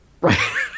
right